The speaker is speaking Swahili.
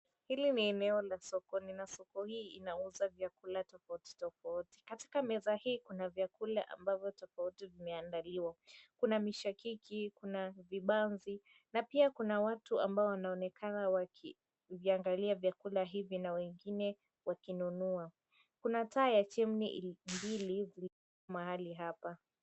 Hili ni eneo la sokoni, na soko hii inauza vyakula tofautitofauti. Katika meza hii kuna vyakula ambavyo tofauti vimeandaliwa. Kuna mishakiki, kuna vibanzi, na pia kuna watu ambao wanaonekana wakiviangalia vyakula hivi na wengine wakinunua. Kuna taa ya chimney mbili zilizo mahali hapa.